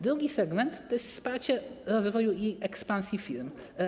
Drugi segment to jest wsparcie rozwoju i ekspansji firm.